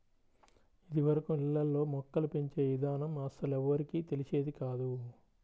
ఇదివరకు ఇళ్ళల్లో మొక్కలు పెంచే ఇదానం అస్సలెవ్వరికీ తెలిసేది కాదు